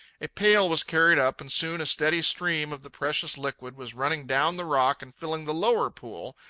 a pail was carried up, and soon a steady stream of the precious liquid was running down the rock and filling the lower pool,